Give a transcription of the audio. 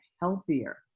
healthier